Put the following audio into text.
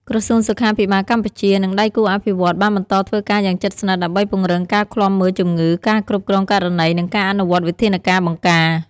ក្រសួងសុខាភិបាលកម្ពុជា និងដៃគូអភិវឌ្ឍន៍បានបន្តធ្វើការយ៉ាងជិតស្និទ្ធ ដើម្បីពង្រឹងការឃ្លាំមើលជំងឺ ការគ្រប់គ្រងករណី និងការអនុវត្តវិធានការបង្ការ។